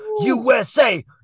USA